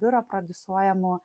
biuro pradiusuojamų